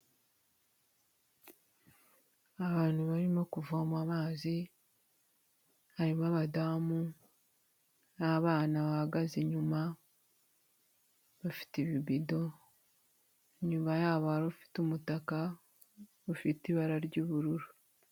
Abantu barimo kuvoma amazi, harimo abadamu, n'abana bahagaze inyuma, bafite ibibido, inyuma yabo hari ufite umutaka, ufite ibara ry'ubururu.